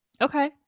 Okay